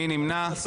מי נמנע?